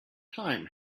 time